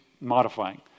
modifying